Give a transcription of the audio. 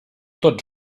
tots